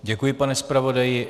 Děkuji, pane zpravodaji.